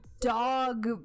dog